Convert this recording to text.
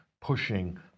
pushing